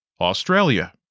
Australia